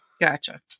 Gotcha